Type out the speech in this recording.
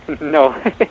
no